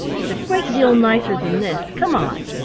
it's a great deal nicer than this. come on.